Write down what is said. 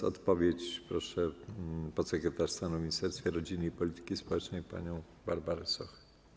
O odpowiedź proszę podsekretarz stanu w Ministerstwie Rodziny i Polityki Społecznej panią Barbarę Sochę.